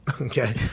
okay